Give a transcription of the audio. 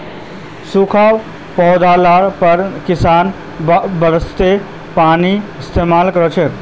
सूखा पोड़ले पर किसान बरसातेर पानीर इस्तेमाल कर छेक